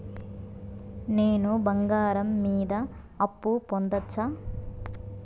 నేను బంగారం మీద అప్పు పొందొచ్చా?